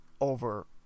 over